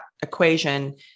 equation